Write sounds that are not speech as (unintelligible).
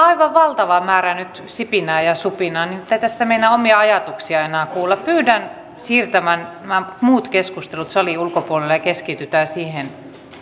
(unintelligible) aivan valtava määrä nyt sipinää ja supinaa niin ettei tässä meinaa omia ajatuksia enää kuulla pyydän siirtämään nämä muut keskustelut salin ulkopuolelle ja keskitytään siihen